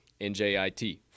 NJIT